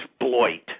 exploit